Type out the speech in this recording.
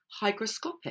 hygroscopic